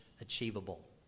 achievable